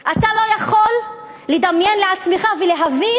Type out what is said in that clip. אתה לא יכול לדמיין לעצמך ולהבין